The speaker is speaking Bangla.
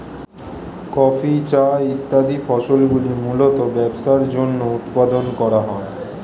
কফি, চা ইত্যাদি ফসলগুলি মূলতঃ ব্যবসার জন্য উৎপাদন করা হয়